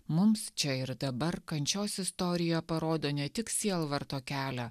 mums čia ir dabar kančios istorija parodo ne tik sielvarto kelią